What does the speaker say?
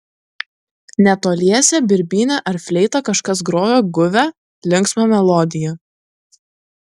netoliese birbyne ar fleita kažkas grojo guvią linksmą melodiją